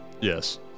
Yes